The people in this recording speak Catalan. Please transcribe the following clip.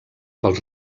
pels